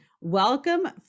Welcome